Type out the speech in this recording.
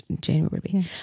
January